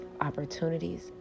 opportunities